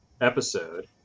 episode